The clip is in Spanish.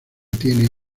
tiene